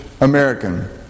American